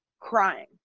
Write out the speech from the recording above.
crying